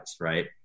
Right